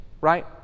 right